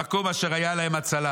במקום אשר היה להם הצלה